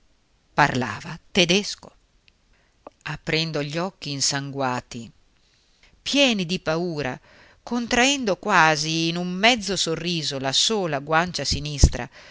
parlava tedesco aprendo gli occhi insanguati pieni di paura contraendo quasi in un mezzo sorriso la sola guancia sinistra